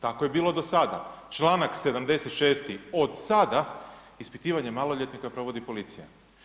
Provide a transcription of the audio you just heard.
Tako je bilo do sada, čl. 76. od sada ispitivanje maloljetnika provodi policija.